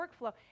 workflow